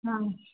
हँ